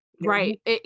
Right